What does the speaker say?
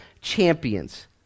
Champions